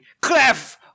Clef